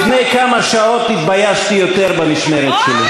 לפני כמה שעות התביישתי יותר במשמרת שלי.